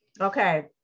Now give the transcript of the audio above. Okay